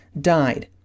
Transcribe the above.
died